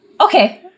Okay